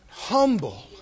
Humble